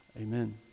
Amen